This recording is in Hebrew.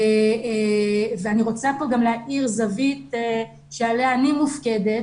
ואני רוצה להאיר זווית שעליה אני מופקדת